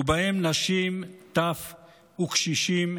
ובהם נשים, טף וקשישים,